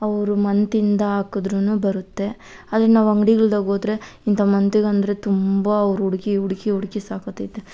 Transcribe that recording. ಅವ್ರ ಮಂತಿಂದ ಹಾಕುದ್ರು ಬರುತ್ತೆ ಅದೇ ನಾವು ಅಂಗ್ಡಿಗಳ್ದಾಗ ಹೋದರೆ ಇಂಥ ಮಂತಿಗೆ ಅಂದರೆ ತುಂಬ ಅವ್ರು ಹುಡುಕಿ ಹುಡುಕಿ ಹುಡುಕಿ ಸಾಕಾತೈತೆ